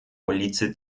ulicy